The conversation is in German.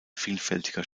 vielfältiger